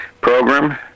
program